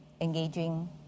engaging